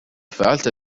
فعلت